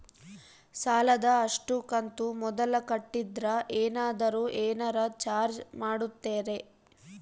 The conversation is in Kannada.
ಸಾಲದ ಅಷ್ಟು ಕಂತು ಮೊದಲ ಕಟ್ಟಿದ್ರ ಏನಾದರೂ ಏನರ ಚಾರ್ಜ್ ಮಾಡುತ್ತೇರಿ?